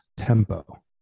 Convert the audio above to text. tempo